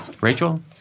Rachel